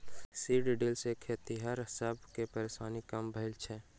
seed drill सॅ खेतिहर सब के परेशानी कम भेल छै